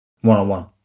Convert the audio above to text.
One-on-one